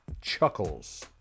Chuckles